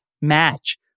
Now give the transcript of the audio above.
match